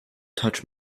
touch